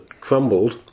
crumbled